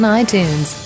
iTunes